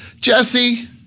Jesse